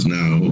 now